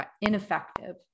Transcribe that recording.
ineffective